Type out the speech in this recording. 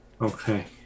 Okay